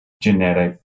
genetic